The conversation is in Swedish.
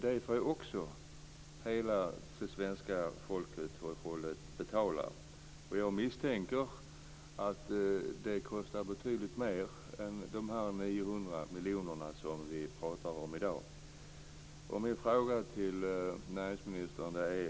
Det får också hela det svenska folket betala. Jag misstänker att det kostar betydligt mer än de 900 miljoner som vi pratar om i dag. Min fråga till näringsministern är följande.